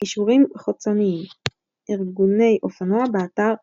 קישורים חיצוניים ארגוני אופנוע באתר "Curling"